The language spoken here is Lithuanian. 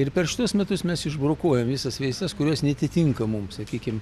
ir per šituos metus mes išbrokuojam visas veiklas kurios neatitinka mums sakykim